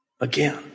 again